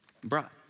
brought